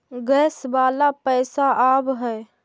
Gas वाला पैसा आव है?